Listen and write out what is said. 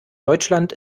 deutschland